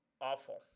awful